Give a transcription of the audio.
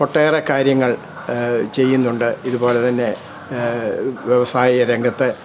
ഒട്ടേറെക്കാര്യങ്ങൾ ചെയ്യുന്നുണ്ട് ഇതുപോലെ തന്നെ വ്യാവസായിക രംഗത്ത്